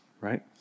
right